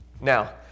Now